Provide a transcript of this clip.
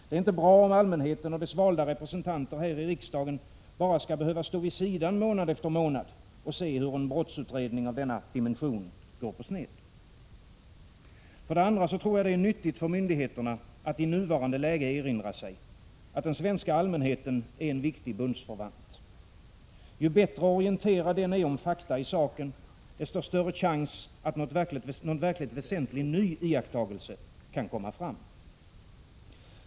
Det är inte bra om allmänheten och dess valda representanter här i riksdagen skall behöva stå vid sidan månad efter månad och se hur en brottsutredning av denna dimension går på sned. För det andra tror jag det är nyttigt för myndigheterna att i nuvarande läge erinra sig att den svenska allmänheten är en viktig bundsförvant. Ju bättre orienterad den är om fakta i saken, desto större är chansen att någon verkligt väsentlig, ny iakttagelse kan komma fram.